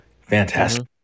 fantastic